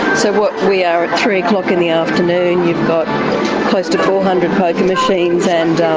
so, what, we are at three o'clock in the afternoon you've got close to four hundred poker machines and